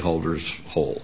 holders whole